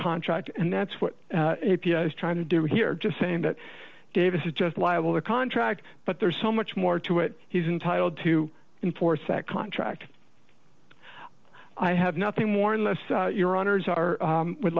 contract and that's what a p i is trying to do here just saying that davis is just liable to contract but there's so much more to it he's entitled to enforce that contract i have nothing more unless you're owners are would